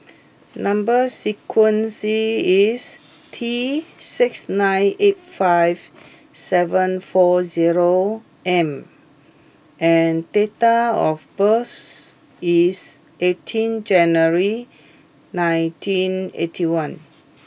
number sequence is T six nine eight five seven four zero M and date of birth is eighteen January nineteen eighty one